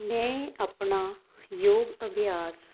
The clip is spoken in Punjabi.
ਮੈਂ ਆਪਣਾ ਯੋਗ ਅਭਿਆਸ